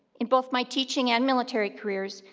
in both my teaching and military careers,